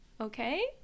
okay